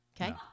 Okay